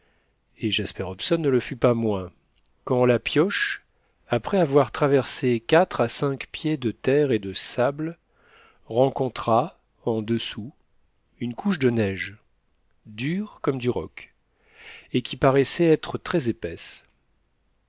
et jasper hobson ne le fut pas moins quand la pioche après avoir traversé quatre à cinq pieds de terre et de sable rencontra en dessous une couche de neige dure comme du roc et qui paraissait être très épaisse